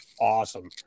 awesome